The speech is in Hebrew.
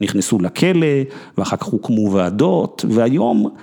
‫נכנסו לכלא, ואחר כך הוקמו ועדות, ‫והיום...